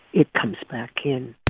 it comes back in